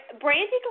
Brandy